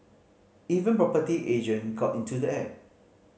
even property agent got into the act